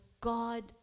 God